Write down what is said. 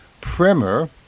Primer